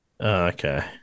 Okay